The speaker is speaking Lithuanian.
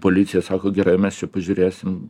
policija sako gerai mes čia pažiūrėsim